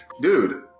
Dude